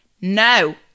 No